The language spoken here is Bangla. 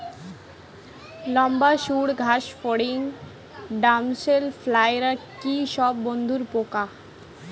লম্বা সুড় ঘাসফড়িং ড্যামসেল ফ্লাইরা কি সব বন্ধুর পোকা?